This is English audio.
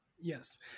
Yes